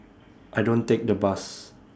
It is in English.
I don't take the bus